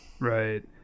Right